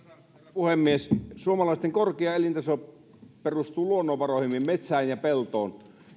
puhemies suomalaisten korkea elintaso perustuu luonnonvaroihin eli metsään ja peltoon